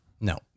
No